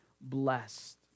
blessed